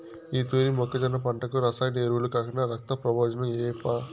ఈ తూరి మొక్కజొన్న పంటకు రసాయన ఎరువులు కాకుండా రక్తం ప్రబోజనం ఏయప్పా